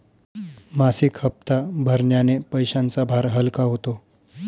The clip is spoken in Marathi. मासिक हप्ता भरण्याने पैशांचा भार हलका होतो